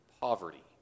poverty